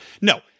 No